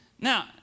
Now